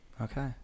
Okay